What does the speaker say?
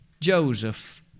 Joseph